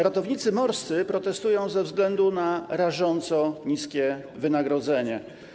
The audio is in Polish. Ratownicy morscy protestują ze względu na rażąco niskie wynagrodzenie.